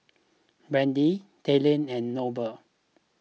Brandy Talen and Noble